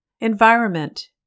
Environment